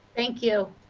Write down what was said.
thank you.